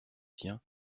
siens